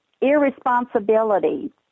Irresponsibility